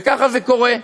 וככה זה קורה.